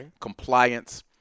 compliance